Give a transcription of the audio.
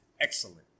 Excellent